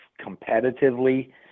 competitively